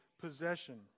possession